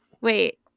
wait